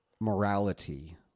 morality